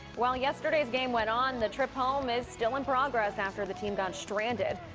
while yesterday's game went on. the trip home is still in progress after the team got stranded.